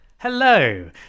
Hello